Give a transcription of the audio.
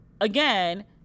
Again